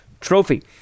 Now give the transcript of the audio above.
trophy